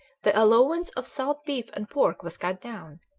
the allowance of salt beef and pork was cut down,